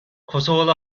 kosovalı